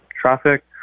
traffic